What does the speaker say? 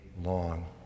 long